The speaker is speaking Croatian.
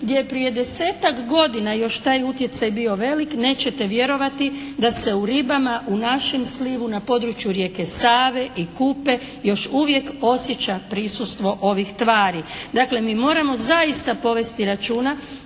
gdje je prije desetak godina još taj utjecaj bio velik. Nećete vjerovati da se u ribama u našem slivu na području rijeke Save i Kupe još uvijek osjeća prisustvo ovih tvari. Dakle, mi moramo zaista povesti računa